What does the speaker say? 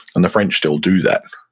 and the french still do that.